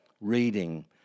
reading